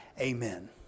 Amen